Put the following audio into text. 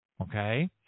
Okay